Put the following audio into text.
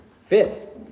fit